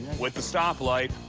with the stop light.